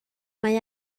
mae